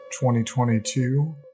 2022